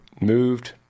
moved